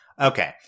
okay